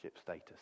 status